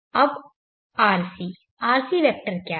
अब rc rc vector क्या है